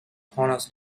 honours